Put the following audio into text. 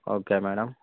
okay madam